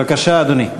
בבקשה, אדוני.